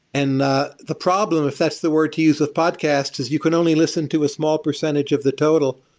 and the the problem, if that's the word to use with podcasts, is you can only listen to a small percentage of the total.